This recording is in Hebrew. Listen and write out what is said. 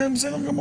כן, כן, בסדר גמור.